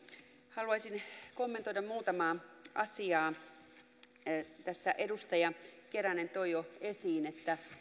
haluaisin kommentoida muutamaa asiaa tässä edustaja keränen toi jo esiin että